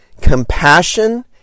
compassion